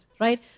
right